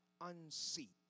unseat